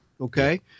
okay